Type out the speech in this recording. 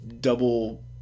double